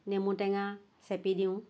নেমু টেঙা চেপি দিওঁ